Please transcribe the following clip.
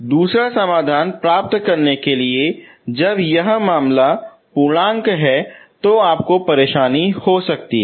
दूसरा समाधान प्राप्त करने के लिए जब यह मामला पूर्णांक है तो आपको परेशानी हो सकती है